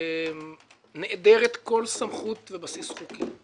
נעדרת כל סמכות ובסיס חוקי.